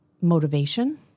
motivation